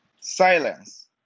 Silence